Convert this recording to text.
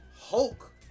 Hulk